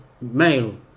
male